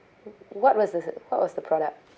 w~ what was this what was the product